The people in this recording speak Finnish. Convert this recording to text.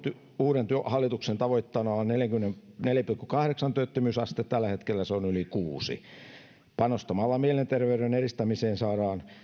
uuden hallituksen tavoitteena on neljän pilkku kahdeksan työttömyysaste tällä hetkellä se on yli kuudennella panostamalla mielenterveyden edistämiseen saadaan